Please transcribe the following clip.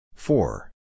Four